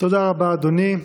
תודה רבה, אדוני.